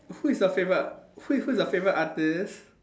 who is your favourite who who is your favourite artiste